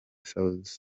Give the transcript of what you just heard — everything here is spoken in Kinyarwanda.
south